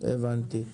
הבנתי.